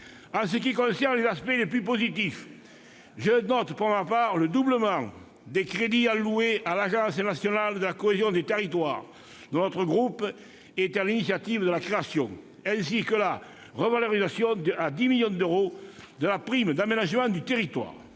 Eh oui ! S'agissant des aspects les plus positifs, je note, pour ma part, le doublement des crédits alloués à l'Agence nationale de la cohésion des territoires, dont la création est due à une initiative de notre groupe, ainsi que la revalorisation à 10 millions d'euros de la prime d'aménagement du territoire.